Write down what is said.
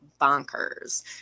bonkers